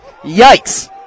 Yikes